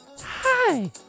Hi